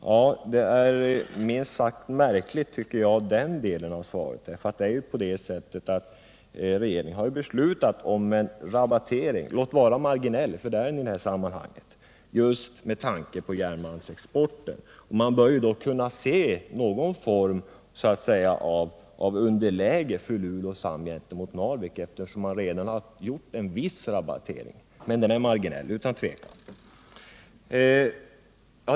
Den delen av svaret tycker jag är minst sagt märklig, eftersom regeringen ju har beslutat om en rabattering — låt vara att den är marginell i det här sammanhanget — just med tanke på järnmalmsexporten. Man bör väl då kunna se någon form av underläge för Luleås hamn i förhållande till Narviks hamn på grund av att en viss rabattering redan gjorts, men den rabatteringen är som sagt utan tvivel bara marginell.